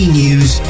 news